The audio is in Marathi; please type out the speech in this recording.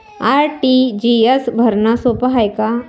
आर.टी.जी.एस भरनं सोप हाय का?